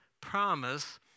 promise